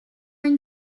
une